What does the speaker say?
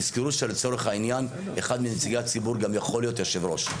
תזכרו שלצורך העניין אחד מנציגי הציבור גם יכול להיות יושב-ראש.